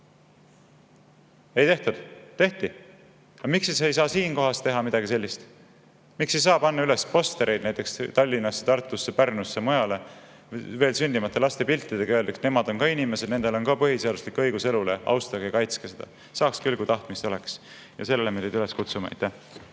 Ei tehtud? Tehti! Aga miks siis ei saa siinkohas teha midagi sellist? Miks ei saa panna üles postreid näiteks Tallinnasse, Tartusse, Pärnusse ja mujale veel sündimata laste piltidega ja öelda, et nemad on ka inimesed, nendel on põhiseaduslik õigus elule, austage ja kaitske seda? Saaks küll, kui tahtmist oleks, ja sellele me teid üles kutsume. Aitäh!